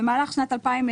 במהלך שנת 2012,